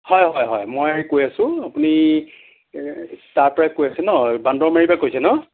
হয় হয় হয় মই কৈ আছোঁ আপুনি তাৰপৰাই কৈ আছে ন' বান্দৰমাৰীৰ পৰা কৈ আছে ন'